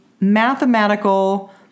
mathematical